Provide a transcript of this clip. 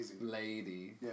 lady